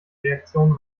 reaktion